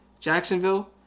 Jacksonville